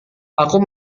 aku